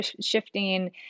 shifting